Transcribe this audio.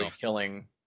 killing